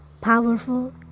powerful